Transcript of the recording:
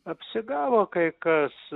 apsigavo kai kas